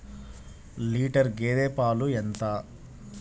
Litre గేదె పాలు ఎంత?